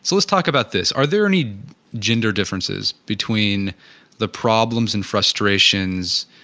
so let's talk about this, are there any gender differences between the problems and frustrations,